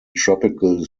tropical